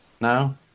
No